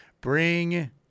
Bring